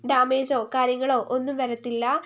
ഡാമേജോ കാര്യങ്ങളോ ഒന്നും വരത്തില്ല